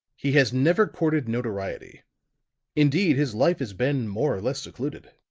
he has never courted notoriety indeed, his life has been more or less secluded.